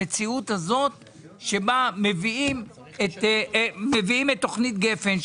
המציאות הזאת בה מביאים את תוכנית גפן,